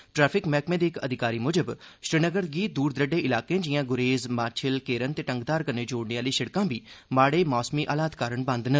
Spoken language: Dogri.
ट्रैफिक मैह्कमे दे इक अधिकारी मुजब श्रीनगर गी दूर दरेडे इलाकें जिआं गुरेज माछिल केरन ते टंगघार कन्नै जोड़ने आह्ली शिड़कां बी माड़े मौसमी हालात कारण बंद न